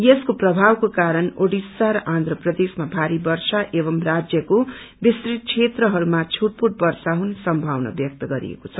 यसको प्रभावको कारण ओडिसा र आन्ध्रप्रदेशमा भारी वर्षा एवम् राज्यको विस्तृत क्षेत्रहरूमा छुटपुट वर्षा हुने सम्मावना व्यक्त गरिएको छ